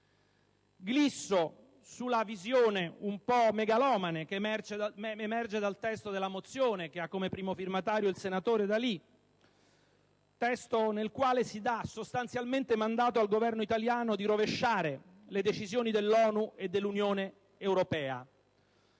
Glisso sulla visione un po' megalomane che emerge dal testo della mozione che ha come primo firmatario il senatore D'Alì, nel quale si dà sostanzialmente mandato al Governo italiano di rovesciare le decisioni dell'ONU e dell'Unione europea.